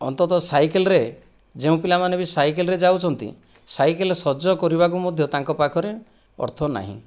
ଅନ୍ତତଃ ସାଇକେଲରେ ଯେଉଁ ପିଲାମାନେ ବି ସାଇକେଲରେ ଯାଉଛନ୍ତି ସାଇକେଲ ସଜ କରିବାକୁ ମଧ୍ୟ ତାଙ୍କ ପାଖରେ ଅର୍ଥ ନାହିଁ